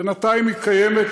בינתיים היא קיימת,